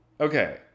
Okay